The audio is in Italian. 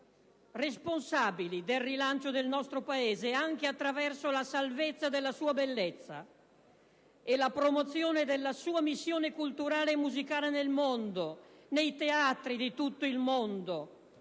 responsabili del rilancio del nostro Paese anche attraverso la salvezza della sua bellezza e la promozione della sua missione culturale e musicale nel mondo, nei teatri di tutto il mondo